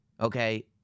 okay